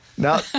Now